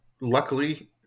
luckily